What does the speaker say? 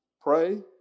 Pray